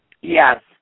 Yes